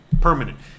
permanent